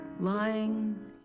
Lying